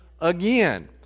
again